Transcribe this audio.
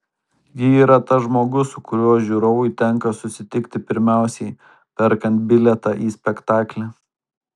ji yra tas žmogus su kuriuo žiūrovui tenka susitikti pirmiausiai perkant bilietą į spektaklį